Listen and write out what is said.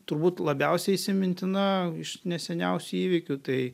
turbūt labiausiai įsimintina iš neseniausių įvykių tai